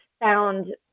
found